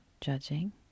judging